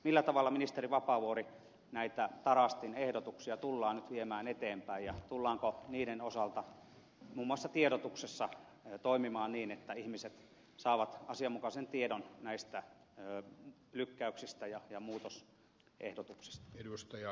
millä tavalla ministeri vapaavuori näitä tarastin ehdotuksia tullaan nyt viemään eteenpäin ja tullaanko niiden osalta muun muassa tiedotuksessa toimimaan niin että ihmiset saavat asianmukaisen tiedon näistä lykkäyksistä ja muutosehdotuksista